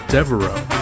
Devereaux